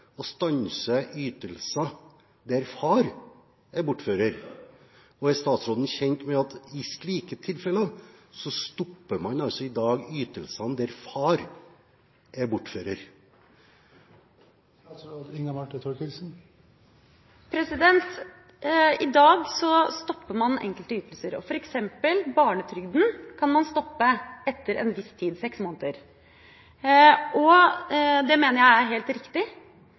å stanse ytelser der far er bortfører, og er statsråden kjent med at i tilfeller der far er bortfører stopper man i dag ytelsene? I dag stopper man enkelte ytelser, f.eks. kan man stoppe barnetrygden etter en viss tid, seks måneder. Det mener jeg er helt riktig,